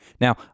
Now